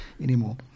anymore